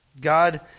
God